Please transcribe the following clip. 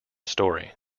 story